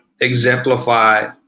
exemplify